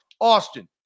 Austin